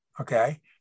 okay